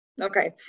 Okay